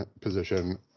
position